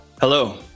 Hello